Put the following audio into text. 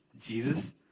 Jesus